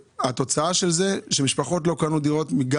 התוצאה של זה שמשפחות לא קנו דירות גם